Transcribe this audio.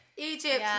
Egypt